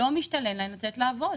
לא משתלם להן לצאת לעבוד.